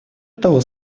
того